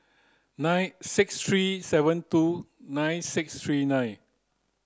six three seven two nine six three nine